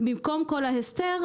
במקום כל ההסתר,